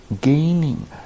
gaining